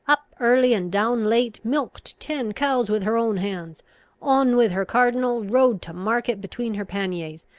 up early and down late milked ten cows with her own hands on with her cardinal, rode to market between her panniers,